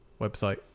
website